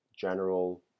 general